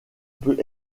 peut